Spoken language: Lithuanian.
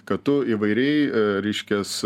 kad tu įvairiai reiškias